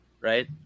right